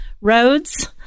roads